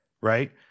right